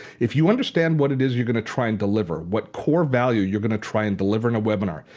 if you understand what it is you're going to try and deliver, what core value you're going to try and deliver in a webinar,